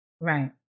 Right